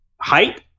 height